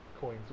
coins